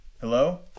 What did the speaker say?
Hello